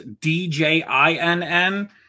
D-J-I-N-N